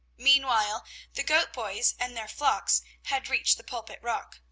meanwhile the goat-boys and their flocks had reached the pulpit-rock.